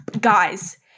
Guys